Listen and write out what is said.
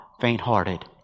faint-hearted